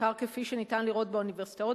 בעיקר כפי שניתן לראות באוניברסיטאות,